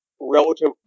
relative